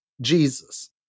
Jesus